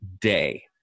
day